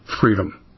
freedom